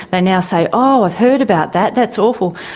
they now say, oh i've heard about that, that's awful.